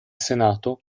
senato